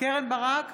קרן ברק,